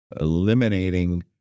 eliminating